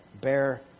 bear